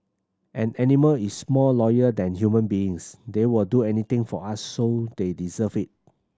an animal is more loyal than human beings they will do anything for us so they deserve it